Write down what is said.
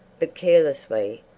but carelessly,